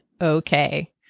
okay